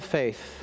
faith